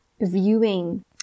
viewing